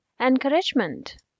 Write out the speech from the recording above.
encouragement